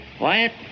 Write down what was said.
Wyatt